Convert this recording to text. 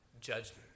judgment